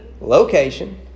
Location